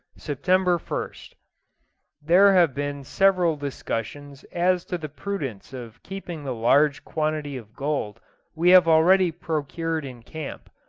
september first there have been several discussions as to the prudence of keeping the large quantity of gold we have already procured in camp,